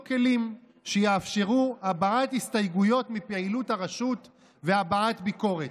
כלים שיאפשרו הבעת הסתייגויות מפעילות הרשות והבעת ביקורת.